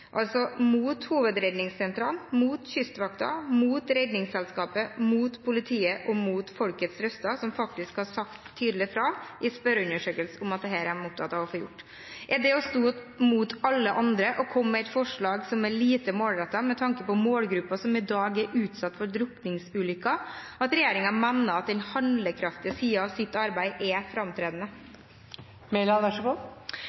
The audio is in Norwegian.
altså mot Hovedredningssentralen, mot Kystvakten, mot Redningsselskapet, mot politiet og mot folkets røster, som faktisk har sagt tydelig fra i spørreundersøkelse at dette er de opptatt av å få gjort. Er det ved å stå imot alle andre og komme med et forslag som er lite målrettet med tanke på målgruppen som i dag er utsatt for drukningsulykker, at regjeringen mener at den handlekraftige siden av sitt arbeid er framtredende?